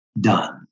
done